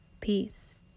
Peace